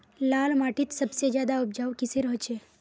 लाल माटित सबसे ज्यादा उपजाऊ किसेर होचए?